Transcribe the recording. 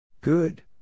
Good